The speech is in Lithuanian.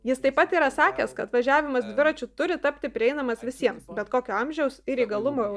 jis taip pat yra sakęs kad važiavimas dviračiu turi tapti prieinamas visiems bet kokio amžiaus ir įgalumo